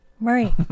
Right